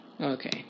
Okay